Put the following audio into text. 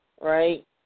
right